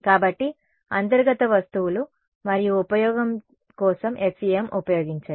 కాబట్టి అంతర్గత వస్తువులు మరియు ఉపయోగం కోసం FEM ఉపయోగించండి